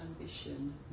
ambition